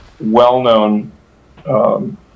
well-known